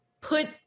put